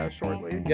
shortly